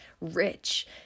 rich